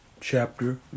chapter